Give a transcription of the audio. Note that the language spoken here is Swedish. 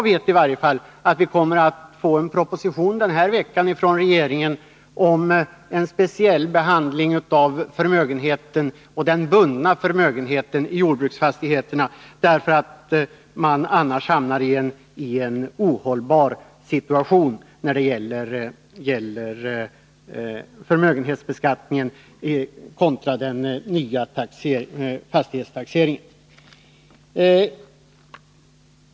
Som bekant kommer regeringen den här veckan att lägga fram en proposition om en speciell behandling av den i jordbruksfastigheter bundna förmögenheten. Om inget görs hamnar man i en ohållbar situation när det gäller förmögenhetsbeskattningen kontra den nya fastighetstaxeringen.